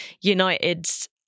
United's